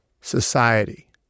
society